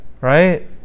Right